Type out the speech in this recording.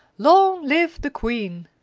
long live the queen!